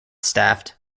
staffed